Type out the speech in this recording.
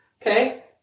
Okay